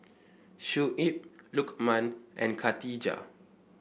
Shuib Lukman and Khatijah